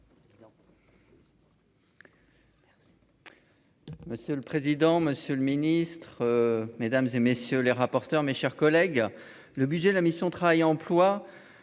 Monsieur le président, Monsieur le Ministre, Mesdames et messieurs les rapporteurs, mes chers collègues, le budget de la mission Travail emploi